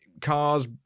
cars